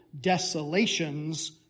Desolations